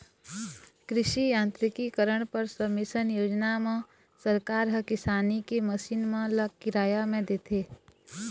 कृषि यांत्रिकीकरन पर सबमिसन योजना म सरकार ह किसानी के मसीन मन ल किराया म देथे